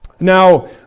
Now